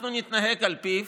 אנחנו נתנהג על פיו